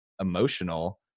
emotional